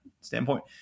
standpoint